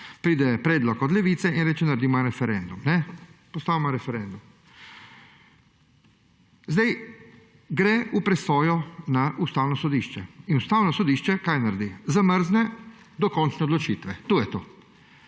pride predlog od Levice, ki reče, naredimo en referendum, postavimo en referendum. Zdaj gre v presojo na Ustavno sodišče in Ustavno sodišče – kaj naredi? Zamrzne dokončne odločitve. To je to.